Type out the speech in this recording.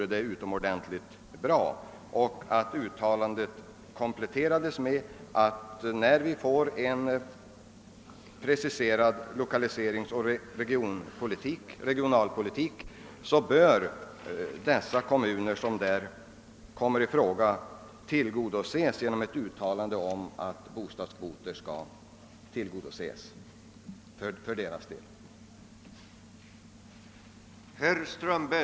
Ett nytt uttalande från regeringens sida borde vidare kompletteras med ett besked om att när vi får en preciserad lokaliseringsoch regionalpolitik bör de kommuner som därvid kommer i fråga tillgodoses genom tilldelning av rimliga bostadskvoter.